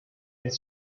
elle